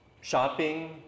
shopping